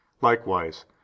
Likewise